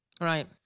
Right